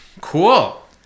cool